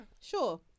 Sure